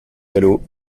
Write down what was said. galop